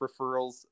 referrals